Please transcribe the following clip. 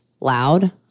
loud